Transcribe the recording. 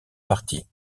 parti